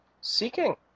seeking